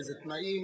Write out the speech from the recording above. באיזה תנאים,